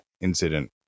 incident